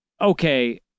okay